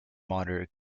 monitor